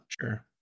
sure